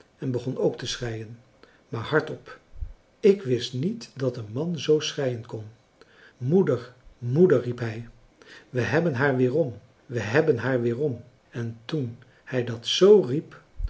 en begon ook te schreien maar hardop ik wist niet dat een man zoo schreien kon moeder moeder riep hij we hebben haar weerom we hebben haar weerom en toen hij dat z riep